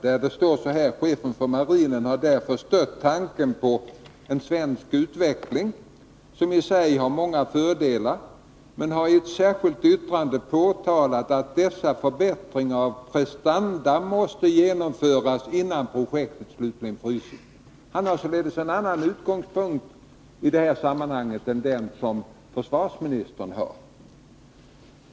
Där står det: Chefen för marinen har därför stött tanken på en svensk utveckling, som i sig har många fördelar, men har i ett särskilt yttrande påtalat att dessa förbättringar av prestanda måste genomföras innan projektet slutligen fryses. — Han har således en annan utgångspunkt i detta sammanhang än försvarsministern har.